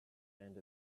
and